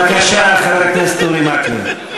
בבקשה, חבר הכנסת אורי מקלב.